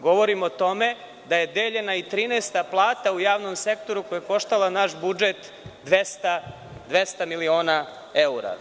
Govorim o tome da je deljena i 13 plata u javnom sektoru, koja je koštala naš budžet 200 miliona evra.